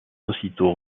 aussitôt